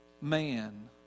man